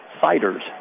Fighters